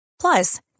Plus